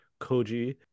Koji